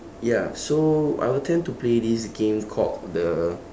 ya so I would tend to play this game called the